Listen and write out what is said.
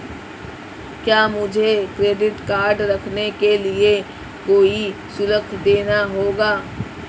क्या मुझे credit card रखने के लिए कोई शुल्क देना होगा?